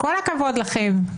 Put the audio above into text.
כל הכבוד לכם.